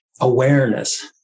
awareness